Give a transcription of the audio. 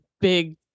big